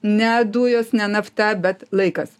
ne dujos ne nafta bet laikas